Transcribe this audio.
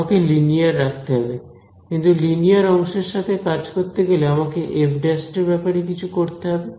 আমাকে লিনিয়ার রাখতে হবে কিন্তু লিনিয়ার অংশের সাথে কাজ করতে গেলে আমাকে f ′ এর ব্যাপারে কিছু করতে হবে